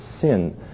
sin